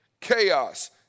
chaos